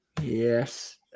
yes